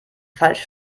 falsch